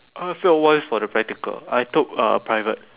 I failed once for the practical I took uh private